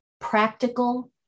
practical